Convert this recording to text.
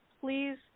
Please